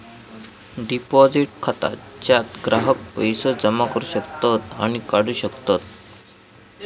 deposit खाता ज्यात ग्राहक पैसो जमा करू शकतत आणि काढू शकतत